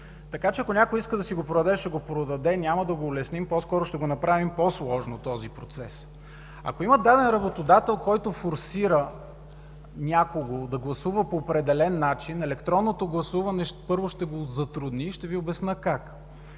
Така че ако някой иска да си го продаде, ще го продаде – няма да го улесним, по-скоро ще го направим по-сложно този процес. Ако има даден работодател, който форсира някого да гласува по определен начин, електронното гласуване първо ще го затрудни – ще Ви обясня как.